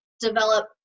develop